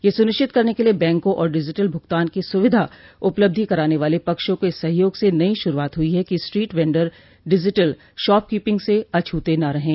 यह सुनिश्चित करने के लिए बैंकों और डिजिटल भुगतान की सुविधा उपलब्धि कराने वाले पक्षों के सहयोग से नई शुरूआत हुई है कि स्ट्रीट वेंडर डिजिटल शॉपकीपिंग से अछूते न रहें